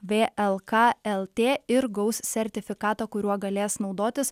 vlk lt ir gaus sertifikatą kuriuo galės naudotis